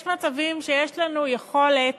יש מצבים שיש לנו יכולת